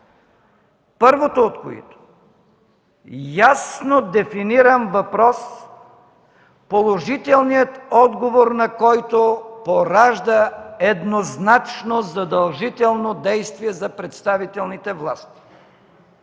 първото от които – ясно дефиниран въпрос, положителният отговор на който поражда еднозначно задължително действие за представителните власти